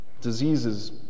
diseases